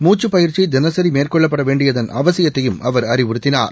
மூச்சுப் பயிற்சி தினசரி மேற்கொள்ளப்பட வேண்டியதன் அவசியத்தையும் அவர் அறிவுறுத்தினார்